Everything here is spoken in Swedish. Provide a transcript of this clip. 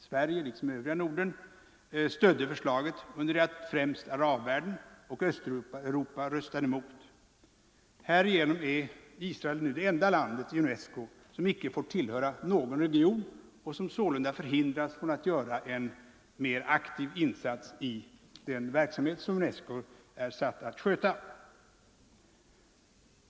Sverige liksom övriga Norden stödde förslaget, under det att främst arabländerna och Östeuropa röstade emot. Härigenom är Israel nu det enda landet i UNESCO som inte får tillhöra någon region och som sålunda förhindras att göra en mer aktiv insats i den verksamhet som UNESCO är satt att sköta.